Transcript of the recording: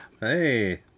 Hey